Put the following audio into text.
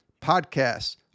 Podcasts